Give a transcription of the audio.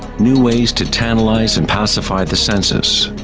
new ways to tantalize and pacify the senses.